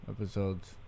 episodes